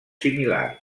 similar